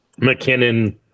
McKinnon